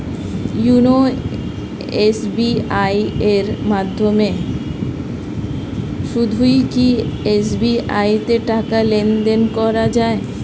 YONO SBI এর মাধ্যমে শুধুই কি এস.বি.আই তে টাকা লেনদেন করা যায়?